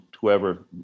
whoever